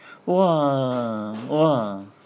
!wah! !wah!